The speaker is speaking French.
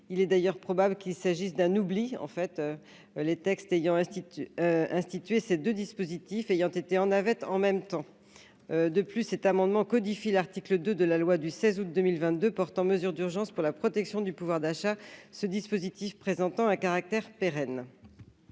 il est d'ailleurs probable qu'il s'agisse d'un oubli en fait les textes ayant institué ces 2 dispositifs ayant été en avaient en même temps, de plus, cet amendement codifie l'article 2 de la loi du 16 août 2022 portant mesures d'urgence pour la protection du pouvoir d'achat, ce dispositif présentant un caractère pérenne.